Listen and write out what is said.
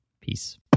Peace